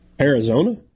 Arizona